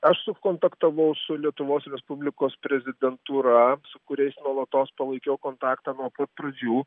aš sukontaktavau su lietuvos respublikos prezidentūra su kuriais nuolatos palaikiau kontaktą nuo pat pradžių